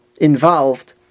Involved